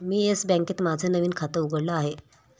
मी Yes बँकेत माझं नवीन खातं उघडलं आहे